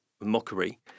mockery